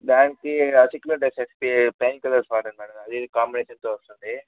దానికి అసెక్లో SPS pain killers వాడండి అది ఇది కాంబినేషన్తో వస్తుంది